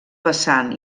vessant